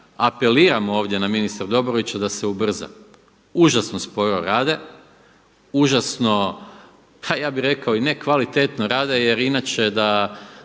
apeliram ovdje na ministra Dobrovića da se ubrza, užasno sporo rade. Užasno pa ja bih rekao i nekvalitetno rade, jer inače da